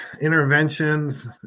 interventions